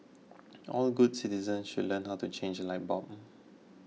all good citizens should learn how to change a light bulb